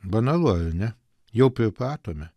banalu ar ne jau pripratome